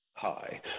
Hi